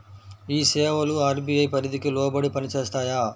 ఈ సేవలు అర్.బీ.ఐ పరిధికి లోబడి పని చేస్తాయా?